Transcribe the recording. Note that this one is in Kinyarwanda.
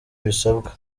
bisabwa